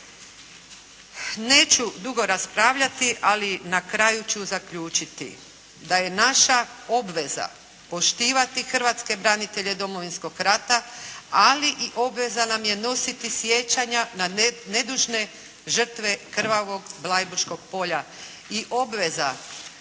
Neću dugo raspravljati ali na kraju ću zaključiti da je naša obveza poštivati hrvatske branitelje Domovinskog rata ali i obveza nam je nositi sjećanja na nedužne žrtve krvavog Bleiburškog polja i obveza